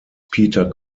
peter